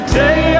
day